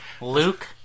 Luke